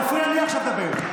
חברי הכנסת,